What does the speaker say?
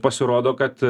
pasirodo kad